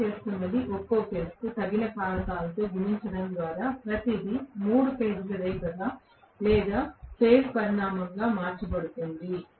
మనం చేస్తున్నది ఒక్కోఫేజ్కు తగిన కారకాలతో గుణించడం ద్వారా ప్రతిదీ 3 ఫేజ్ల రేఖగా లేదా ఫేజ్ పరిమాణంగా మార్చబడుతుంది